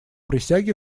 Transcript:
присяге